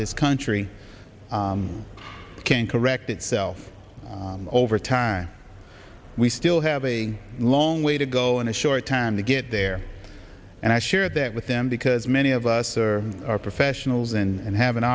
this country can correct itself over time we still have a long way to go and a short time to get there and i share that with them because many of us are professionals and have an